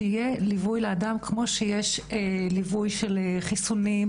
שיהיה ליווי לאדם כמו שיש ליווי של חיסונים,